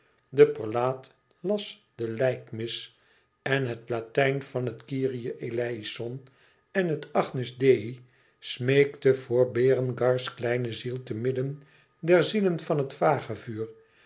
de prelaat las de lijkmis en het latijn van het kyrie eleison en het agnus dei smeekte voor berengars kleine ziel te midden der zielen van het vagevuur